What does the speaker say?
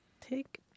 Take